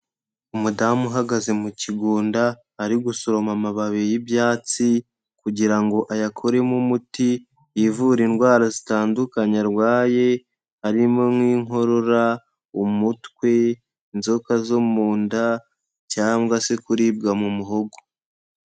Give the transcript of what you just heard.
Umudamu uhagaze mu kigunda ari gusoroma amababi y'ibyatsi kugira ngo ayakoremo umuti yivure indwara zitandukanye arwaye, harimo nk'inkorora, umutwe, inzoka zo mu nda, cyangwa se kuribwa mu muhogo.